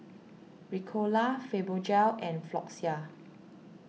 Ricola Fibogel and Floxia